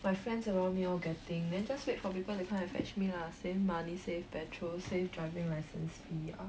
my friends around me all getting then just wait for people to come and fetch me lah save money save petrol safe driving license fee ah